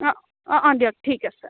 অ অ অ দিয়ক ঠিক আছে